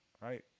Right